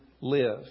live